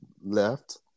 left